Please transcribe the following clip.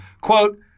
Quote